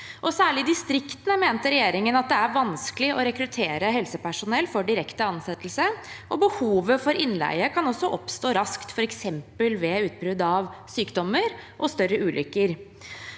Særlig i distriktene mente regjeringen at det er vanskelig å rekruttere helsepersonell for direkte ansettelse, og behovet for innleie kan også oppstå raskt, f.eks. ved utbrudd av sykdommer og større ulykker.